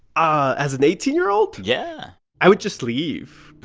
ah as an eighteen year old? yeah i would just leave.